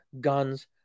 guns